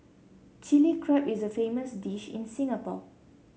Chilli Crab is a famous dish in Singapore